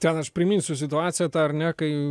ten aš priminsiu situaciją tą ar ne kai